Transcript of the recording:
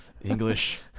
English